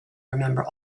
remember